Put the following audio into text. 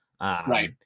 Right